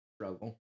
struggle